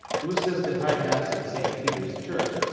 to assist at high mass at st. peter's church,